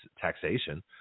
taxation